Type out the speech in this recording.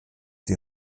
die